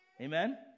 Amen